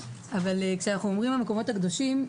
כשאנחנו עולים למקומות הקדושים,